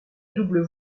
double